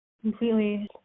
completely